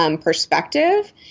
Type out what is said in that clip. perspective